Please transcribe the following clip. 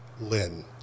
lynn